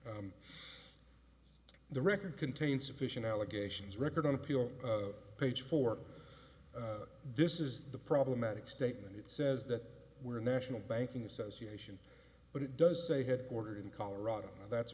the record contains sufficient allegations record on appeal page four this is the problematic statement it says that we're national banking association but it does say headquartered in colorado that's